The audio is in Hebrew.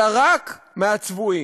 אלא רק מהצבועים,